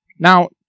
Now